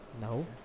No